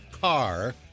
car